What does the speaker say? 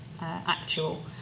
actual